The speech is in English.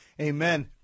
Amen